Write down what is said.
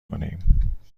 کنیم